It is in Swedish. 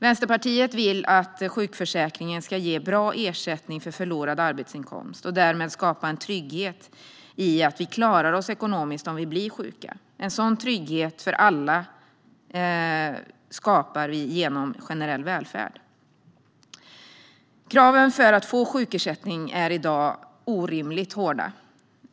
Vänsterpartiet vill att sjukförsäkringen ska ge bra ersättning för förlorad arbetsinkomst och därmed skapa en trygghet i att vi klarar oss ekonomiskt om vi blir sjuka. En sådan trygghet för alla skapar vi genom generell välfärd. Kraven för att få sjukersättning är i dag orimligt hårda.